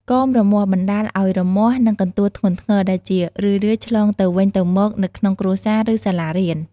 កមរមាស់បណ្តាលឱ្យរមាស់ និងកន្ទួលធ្ងន់ធ្ងរ ដែលជារឿយៗឆ្លងទៅវិញទៅមកនៅក្នុងគ្រួសារ ឬសាលារៀន។